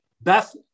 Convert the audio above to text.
Beth